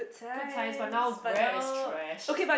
good times but now Grab is trash